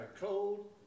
cold